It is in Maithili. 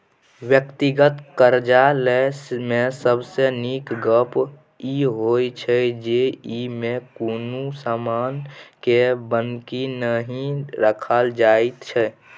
व्यक्तिगत करजा लय मे सबसे नीक गप ई होइ छै जे ई मे कुनु समान के बन्हकी नहि राखल जाइत छै